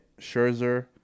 Scherzer